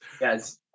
Yes